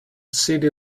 city